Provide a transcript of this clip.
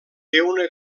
una